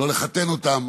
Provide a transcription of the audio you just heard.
לא לחתן אותם,